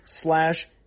slash